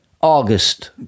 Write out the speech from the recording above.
August